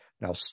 Now